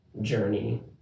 journey